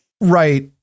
Right